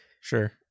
Sure